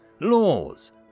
laws